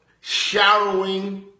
showering